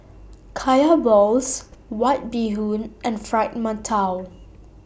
Kaya Balls White Bee Hoon and Fried mantou